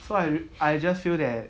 so I I just feel that